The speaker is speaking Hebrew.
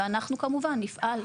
ואנחנו כמובן נפעל.